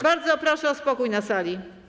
Bardzo proszę o spokój na sali.